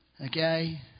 Okay